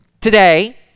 today